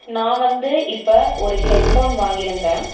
நான் வந்து இப்போ ஒரு ஹெட்ஃபோன் வாங்கியிருந்தேன்